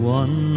one